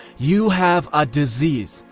you have a disease!